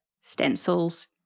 stencils